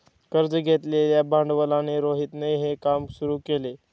कर्ज घेतलेल्या भांडवलाने रोहितने हे काम सुरू केल